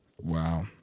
wow